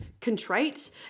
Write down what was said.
contrite